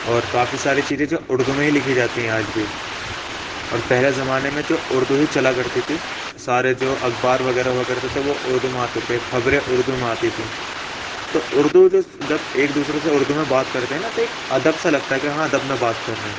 اور کافی ساری چیزیں جو اردو میں ہی لکھی جاتی ہیں آج بھی اور پہلے زمانے میں جو اردو ہی چلا کرتی تھی سارے جو اخبار وغیرہ ہوا کرتے تھے وہ اردو میں آتے تھے خبریں اردو میں آتی تھیں تو اردو جب ایک دوسرے سے اردو میں بات کرتے ہیں نا تو ایک ادب سا لگتا ہے کہ ہاں ادب میں بات کر رہے ہیں